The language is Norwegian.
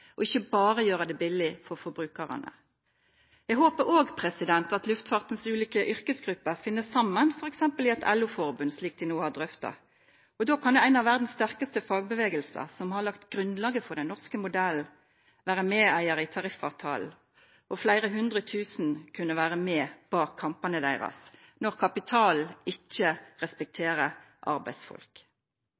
og ikke bare gjøre det billig for forbrukerne. Jeg håper også at luftfartens ulike yrkesgrupper finner sammen, f.eks. i et LO-forbund, slik de nå har drøftet. Da kan jo en av verdens sterkeste fagbevegelser, som har lagt grunnlaget for den norske modellen, være medeier i tariffavtalen, og flere hundre tusen kunne være med bak kampene deres når kapitalen ikke respekterer arbeidsfolk.